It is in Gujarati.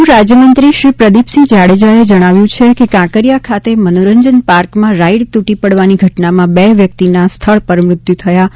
ગૃહ રાજ્યમંત્રી શ્રી પ્રદીપસિંહ જાડેજાએ જણાવ્યું છે કે કાંકરિયા ખાતે મનોરંજન પાર્કમાં રાઇડ તૂટી પડવાની ઘટનામાં બે વ્યક્તિના સ્થળ પર મૃત્યુ થયા હતા